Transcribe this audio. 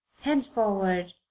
henceforward